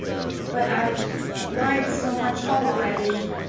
but i've lied so much already!